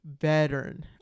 veteran